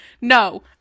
No